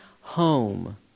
home